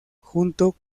junto